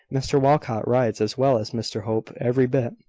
mr walcot rides as well as mr hope, every bit.